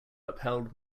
upheld